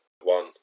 one